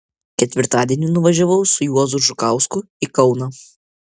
ketvirtadienį nuvažiavau su juozu žukausku į kauną